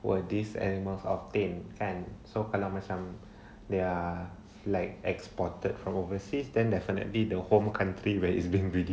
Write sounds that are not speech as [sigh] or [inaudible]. were these animals obtain kan and so kalau macam they're like exported from overseas then definitely the home country where is being released [laughs]